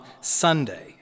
Sunday